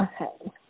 Okay